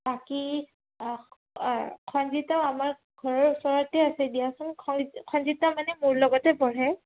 বাকী অঁ খঞ্জিতাও আমাৰ ঘৰৰ ওচৰতে আছে দিয়াচোন খঞ্জিতা মানে মোৰ লগতে পঢ়ে